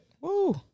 Woo